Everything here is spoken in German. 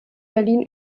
berlin